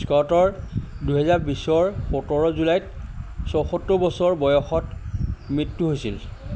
স্কটৰ দুহেজাৰ বিছৰ সোতৰ জুলাইত চৌসত্তৰ বছৰ বয়সত মৃত্যু হৈছিল